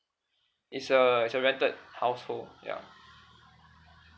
is a is a rented household ya